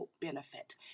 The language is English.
Benefit